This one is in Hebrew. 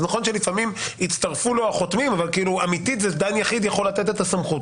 נכון שלפעמים הצטרפו לו החותמים אבל אמיתית דן יחיד יכול לתת את הסמכות